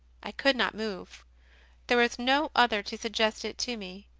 i could not move there was no other to suggest it to me.